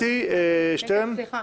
הצבעה